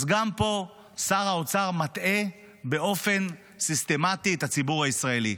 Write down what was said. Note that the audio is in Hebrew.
אז גם פה שר האוצר מטעה באופן סיסטמתי את הציבור הישראלי.